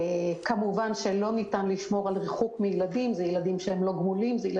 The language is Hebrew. אנחנו מקבלים את ההצעה בשמחה.